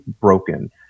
broken